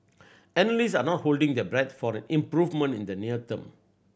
analyst are not holding their breath for an improvement in the near term